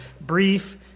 brief